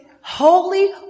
holy